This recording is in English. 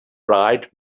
bright